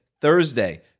Thursday